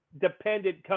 dependent